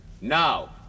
Now